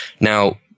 Now